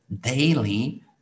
daily